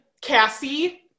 Cassie